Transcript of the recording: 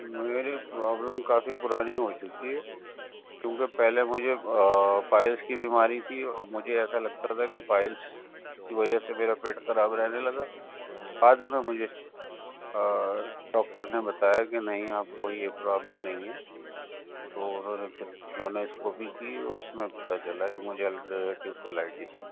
میری پرابلم کافی پرانی ہو چکی ہے کیونکہ پہلے مجھے پائلس کی بیماری تھی اور مجھے ایسا لگتا تھا کہ پائلس کی وجہ سے میرا پیٹ خراب رہنے لگا بعد میں مجھے ڈاکٹر نے بتایا کہ نہیں آپ کو یہ پرابلم نہیں ہے انہوں نے پھر کلونو اسکوپی کی اس میں پتہ چلا کہ مجھے السریٹیو کولائٹس ہے